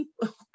people